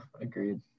agreed